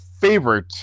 favorite